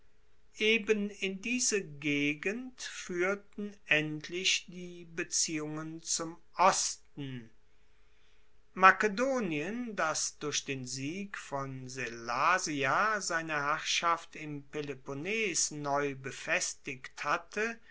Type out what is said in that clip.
eben in diese gegend fuehrten endlich die beziehungen zum osten makedonien das durch den sieg von sellasia seine herrschaft im peloponnes neu befestigt hatte